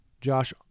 Josh